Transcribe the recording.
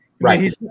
Right